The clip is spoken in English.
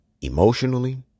Emotionally